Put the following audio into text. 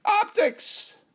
Optics